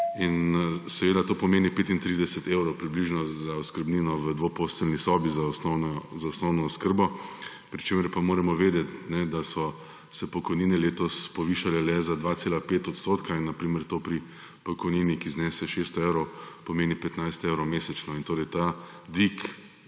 Seveda to pomeni 35 evrov, približno, za oskrbnino v dvoposteljni sobi za osnovno oskrbo, pri čemer pa moramo vedeti, kajne, da so se pokojnine letos povišale le za 2,5 odstotka. Na primer to pri pokojnini, ki znese 600 evrov, pomeni 15 evrov mesečno in torej ta dvig,